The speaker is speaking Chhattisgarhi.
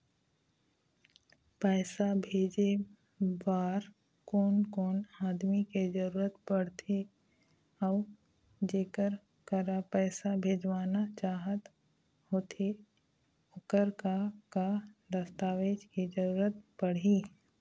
पैसा भेजे बार कोन कोन आदमी के जरूरत पड़ते अऊ जेकर करा पैसा भेजवाना चाहत होथे ओकर का का दस्तावेज के जरूरत पड़ही?